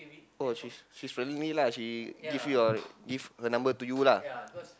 oh she's she's friending me lah she give your give her number to you lah